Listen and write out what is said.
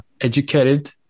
educated